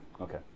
okay